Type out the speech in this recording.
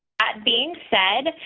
that being said,